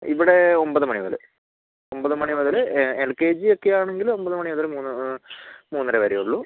ഇവിടെ ഒമ്പത് മണി മുതൽ ഒമ്പത് മണി മുതൽ എൽ കെ ജി ഒക്കെ ആണെങ്കിൽ ഒമ്പത് മണി മുതൽ മൂന്ന് മൂന്നര വരേയുള്ളൂ